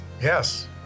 Yes